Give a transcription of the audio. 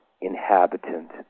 inhabitant